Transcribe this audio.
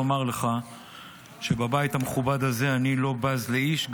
לומר לך שבבית המכובד הזה אני לא בז לאיש,